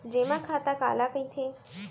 जेमा खाता काला कहिथे?